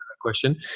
question